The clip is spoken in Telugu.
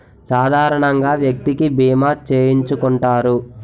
సాధారణంగా వ్యక్తికి బీమా చేయించుకుంటారు